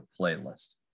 playlist